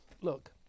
Look